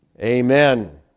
Amen